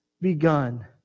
begun